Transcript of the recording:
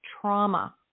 Trauma